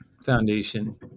foundation